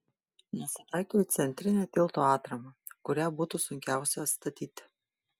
nusitaikiau į centrinę tilto atramą kurią būtų sunkiausia atstatyti